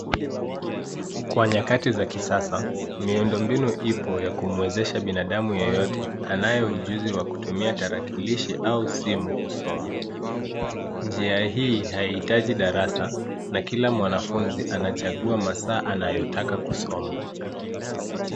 Kwa nyakati za kisasa, miundombinu ipo ya kumwezesha binadamu yeyote, anaye ujuzi wa kutumia tarakilishi au simu kusoma. Njia hii haihitaji darasa, na kila mwanafunzi anachagua masaa anayotaka kusoma.